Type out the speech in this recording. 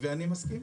ואני מסכים.